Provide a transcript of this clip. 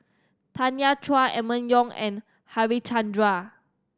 Tanya Chua Emma Yong and Harichandra